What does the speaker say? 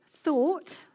thought